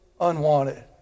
unwanted